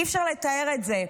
אי-אפשר לתאר את זה.